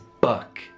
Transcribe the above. buck